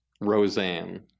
Roseanne